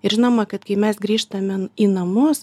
ir žinoma kad kai mes grįžtame į namus